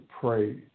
pray